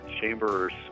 Chambers